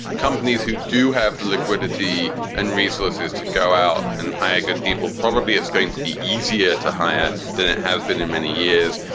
companies who do have the liquidity and resources to go out and hire good people, probably it's going to be easier to hire than it has been in many years.